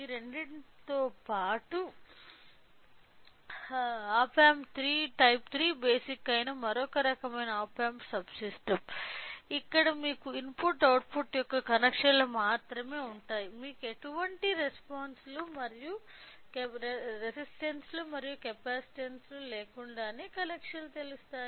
ఈ రెండింటితో పాటు ఆప్ ఆంప్ టైప్ 3 బేసిక్ అయిన మరొక రకమైన ఆప్ ఆంప్ సబ్ సిస్టం ఇక్కడ మీకు ఇన్పుట్ అవుట్పుట్ యొక్క కనెక్షన్లు మాత్రమే ఉన్నాయి మీకు ఎటువంటి రెసిస్టన్స్స్ లు మరియు కెపాసిటెన్సులు లేకుండా కనెక్షన్లు తెలుసు